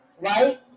Right